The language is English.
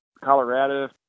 colorado